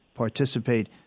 participate